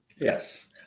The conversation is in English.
Yes